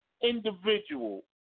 individual